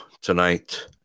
tonight